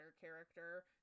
character